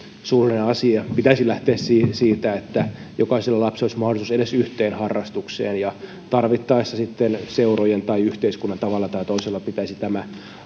surullinen asia pitäisi lähteä siitä että jokaisella lapsella olisi mahdollisuus edes yhteen harrastukseen ja tarvittaessa sitten seurojen tai yhteiskunnan tavalla tai toisella pitäisi tämä